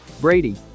Brady